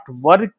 work